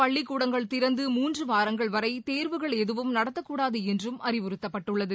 பள்ளிக்கூடங்கள் திறந்து மூன்று வாரங்கள் வரை தேர்வுகள் எதுவும் நடத்தக்கூடாது என்றும் அறிவுறுத்தப்பட்டுள்ளது